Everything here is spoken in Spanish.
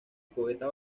poeta